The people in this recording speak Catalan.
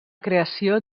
creació